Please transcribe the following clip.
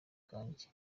kanjye